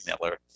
Miller